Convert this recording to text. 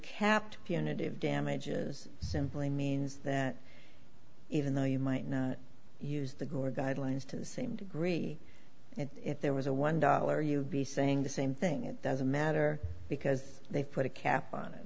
kept punitive damages simply means that even though you might not use the gore guidelines to the same degree if there was a one dollar you'd be saying the same thing it doesn't matter because they put a cap on